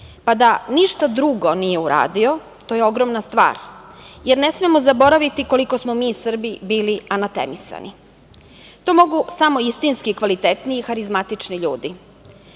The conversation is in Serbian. pa da ništa drugo nije uradio, to je ogromna stvar. Ne smemo zaboraviti koliko smo mi Srbi bili anatemisani. To mogu samo istinski kvalitetni i harizmatični ljudi.